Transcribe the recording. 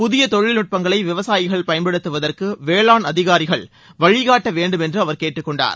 புதிய தொழில்நுட்பங்களை விவசாயிகள் பயன்படுத்துவதற்கு வேளாண் அதிகாரிகள் வழிகாட்டவேண்டும் என்று அவர் கேட்டுக் கொண்டார்